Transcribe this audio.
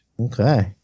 Okay